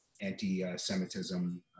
anti-Semitism